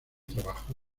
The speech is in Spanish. trabajó